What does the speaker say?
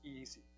easy